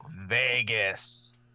Vegas